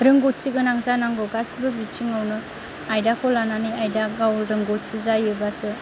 रोंगौथि गोनां जानांगौ गासैबो बिथिङावनो आयदाखौ लानानै आयदा गाव रोंगौथि जायोब्लासो